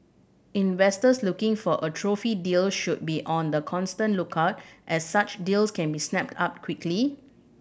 investors looking for a trophy deals should be on the constant lookout as such deals can be snapped up quickly